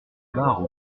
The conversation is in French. barre